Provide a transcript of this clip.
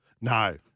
No